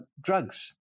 drugs